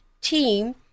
team